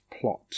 plot